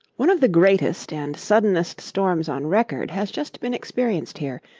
one of the greatest and suddenest storms on record has just been experienced here,